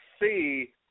see